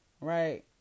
Right